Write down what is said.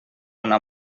una